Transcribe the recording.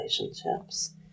relationships